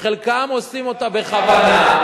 שחלקם עושים אותה בכוונה,